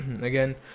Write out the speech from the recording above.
Again